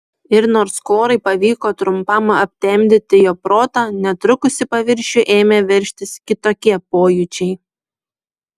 ir nors korai pavyko trumpam aptemdyti jo protą netrukus į paviršių ėmė veržtis kitokie pojūčiai